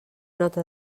nota